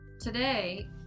today